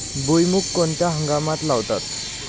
भुईमूग कोणत्या हंगामात लावतात?